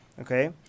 okay